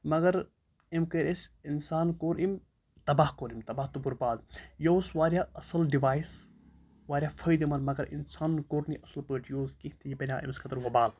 مگر أمۍ کٔرۍ أسۍ اِنسان کوٚر أمۍ تَباہ کوٚر أمۍ تَباہ تہٕ بُرباد یہِ اوس واریاہ اَصٕل ڈِوایِس واریاہ فٲیدٕمنٛد مگر اِنسانَن کوٚر نہٕ یہِ اَصٕل پٲٹھۍ یوٗز کیٚنٛہہ تہِ یہِ بَنیو أمِس خٲطرٕ وَبال